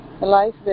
life